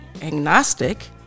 agnostic